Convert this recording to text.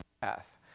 path